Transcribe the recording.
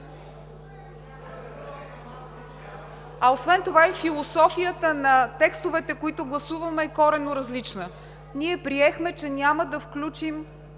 Освен това и философията на текстовете, които гласуваме, е коренно различна. Ние приехме, че няма да включим